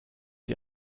die